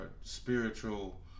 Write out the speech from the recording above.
spiritual